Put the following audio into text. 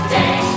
day